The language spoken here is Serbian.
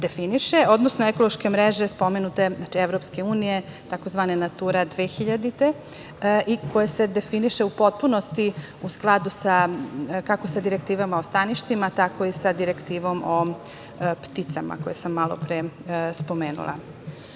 odnosno ekološke mreže spomenute Evropske unije tzv. „Natura 2000“, koja se definiše u potpunosti u skladu kako sa direktivama o staništima, tako i sa direktivom o pticama, koju sam malopre spomenula. Novim